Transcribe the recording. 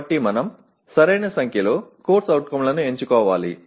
కాబట్టి మనం సరైన సంఖ్యలో CO లను ఎంచుకోవాలి